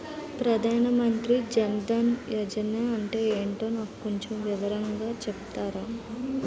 ప్రధాన్ మంత్రి జన్ దన్ యోజన అంటే ఏంటో నాకు కొంచెం వివరంగా చెపుతారా?